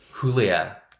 Julia